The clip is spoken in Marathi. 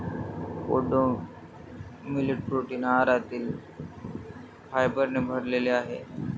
कोडो मिलेट प्रोटीन आहारातील फायबरने भरलेले आहे